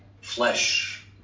flesh